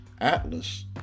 atlas